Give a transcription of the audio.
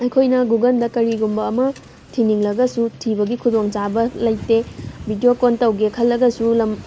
ꯑꯩꯈꯣꯏꯅ ꯒꯨꯒꯜꯗ ꯀꯔꯤꯒꯨꯝꯕ ꯑꯃ ꯊꯤꯅꯤꯡꯂꯒꯁꯨ ꯊꯤꯕꯒꯤ ꯈꯨꯗꯣꯡ ꯆꯥꯕ ꯂꯩꯇꯦ ꯕꯤꯗꯤꯑꯣ ꯀꯣꯜ ꯇꯧꯒꯦ ꯈꯜꯂꯒꯁꯨ ꯂꯝ